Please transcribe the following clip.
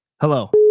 Hello